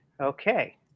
okay